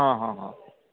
ହଁ ହଁ ହଁ